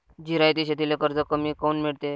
जिरायती शेतीले कर्ज कमी काऊन मिळते?